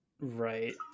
right